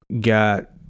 got